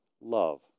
love